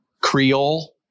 Creole